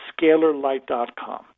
scalarlight.com